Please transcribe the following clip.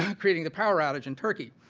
um creating the power outage in turkey.